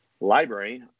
library